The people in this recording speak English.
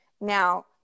Now